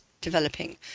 developing